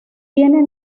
tiene